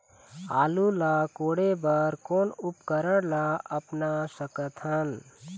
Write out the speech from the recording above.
आलू ला कोड़े बर कोन उपकरण ला अपना सकथन?